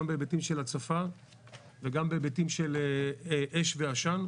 גם בהיבטים של הצפה וגם בהיבטים של אש ועשן,